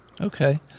okay